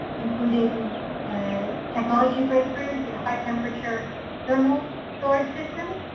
including ah technology breakthrough in a high temperature thermal storage systems,